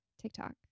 tiktok